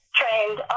trained